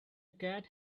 cat